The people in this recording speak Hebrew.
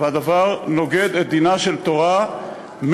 והדבר נוגד את דינה של תורה,